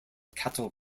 cattle